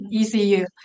ECU